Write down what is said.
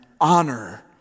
honor